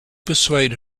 persuade